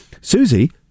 Susie